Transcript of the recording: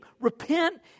Repent